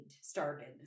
started